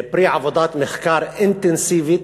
פרי עבודת מחקר אינטנסיבית,